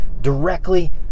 directly